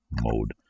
mode